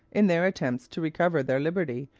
in their attempts to recover their liberty,